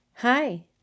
Hi